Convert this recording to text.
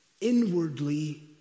inwardly